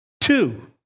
Two